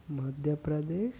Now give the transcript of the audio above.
Madhya Pradesh